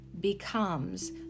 becomes